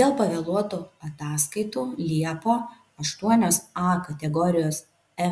dėl pavėluotų ataskaitų liepą aštuonios a kategorijos